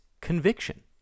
conviction